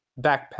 Backpack